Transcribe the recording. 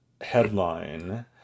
headline